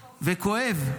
וכואב,